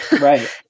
Right